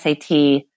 SAT